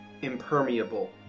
impermeable